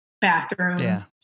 bathroom